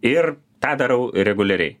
ir tą darau reguliariai